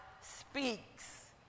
speaks